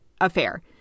affair